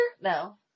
No